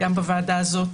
גם בוועדה הזאת,